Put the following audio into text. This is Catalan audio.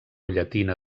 llatina